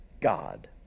God